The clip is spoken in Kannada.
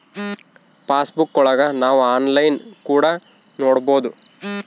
ಪಾಸ್ ಬುಕ್ಕಾ ಒಳಗ ನಾವ್ ಆನ್ಲೈನ್ ಕೂಡ ನೊಡ್ಬೋದು